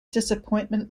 disappointment